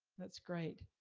that's great,